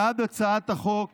בעד הצעת החוק